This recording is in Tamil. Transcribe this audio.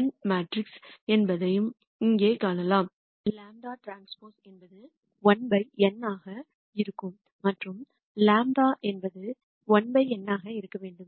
n மேட்ரிக்ஸ் என்பதையும் இங்கே காணலாம் λT என்பது 1 பை n ஆக இருக்கும் மற்றும் λ 1 பை n ஆக இருக்க வேண்டும்